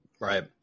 Right